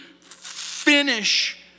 finish